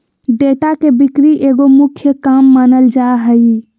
data के बिक्री एगो मुख्य काम मानल जा हइ